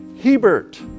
Hebert